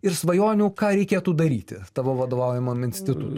ir svajonių ką reikėtų daryti tavo vadovaujamam institutui